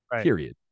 period